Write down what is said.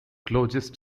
closest